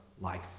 life